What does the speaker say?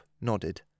nodded